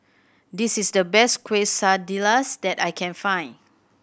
this is the best Quesadillas that I can find